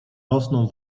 rosną